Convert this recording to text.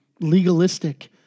legalistic